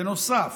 בנוסף,